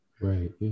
Right